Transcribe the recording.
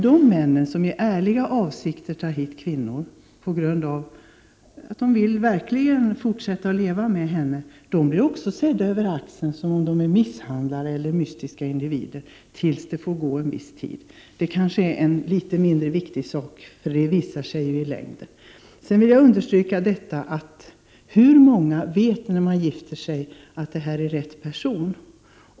De män som i ärliga avsikter tar hit kvinnor, därför att de verkligen vill fortsätta att leva tillsammans med dem, blir sedda över axeln som om de vore misshandlare eller mystiska individer, tills det har gått en viss tid. Det är kanske ett litet mindre problem, eftersom det visar sig i längden vilken avsikt man har. Sedan vill jag understryka att det är många som när de gifter sig inte vet om de har valt rätt person.